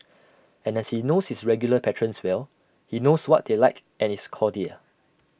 and as he knows his regular patrons well he knows what they like and is cordial